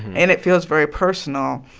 and it feels very personal.